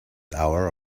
hour